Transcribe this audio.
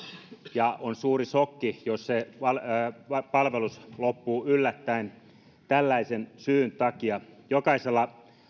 ja on suuri sokki jos se palvelus loppuu yllättäen tällaisen syyn takia jokaisella